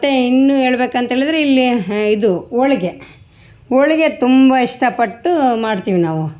ಮತ್ತು ಇನ್ನೂ ಹೇಳ್ಬೇಕಂತ ಹೇಳಿದರೆ ಇಲ್ಲಿ ಇದು ಹೋಳ್ಗೆ ಹೋಳಿಗೆ ತುಂಬ ಇಷ್ಟ ಪಟ್ಟು ಮಾಡ್ತೀವಿ ನಾವು